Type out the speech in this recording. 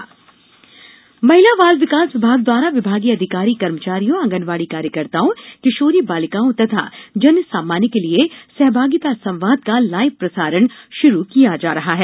सहभागिता संवाद महिला बाल विकास विभाग द्वारा विभागीय अधिकारी कर्मचारियों आँगनवाड़ी कार्यकर्ताओं किशोरी बालिकाओं तथा जन सामान्य के लिये सहभागिता संवाद का लाइव प्रसारण शुरू किया जा रहा है